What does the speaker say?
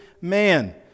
man